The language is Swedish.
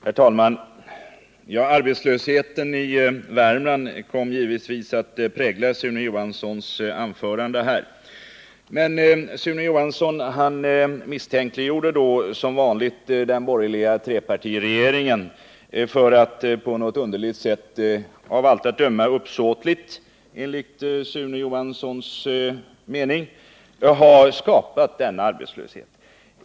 Herr talman! Arbetslösheten i Värmland kom givetvis att prägla Sune Johanssons anförande. Som vanligt misstänkliggjorde han den borgerliga trepartiregeringen. Den skulle på något underligt sätt, av allt att döma uppsåtligt, ha skapat denna arbetslöshet.